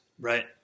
Right